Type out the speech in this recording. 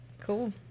Cool